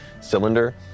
cylinder